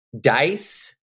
dice